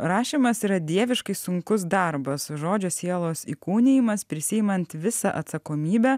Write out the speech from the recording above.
rašymas yra dieviškai sunkus darbas žodžio sielos įkūnijimas prisiimant visą atsakomybę